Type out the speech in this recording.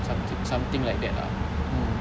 something something like that ah mm